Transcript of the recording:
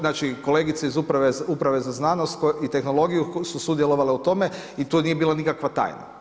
Znači kolegice iz Uprave za znanost i tehnologiju su sudjelovale u tome i tu nije bila nikakva tajna.